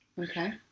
Okay